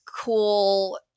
cool